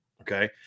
okay